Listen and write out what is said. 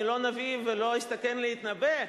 אני לא נביא ולא אסתכן להתנבא,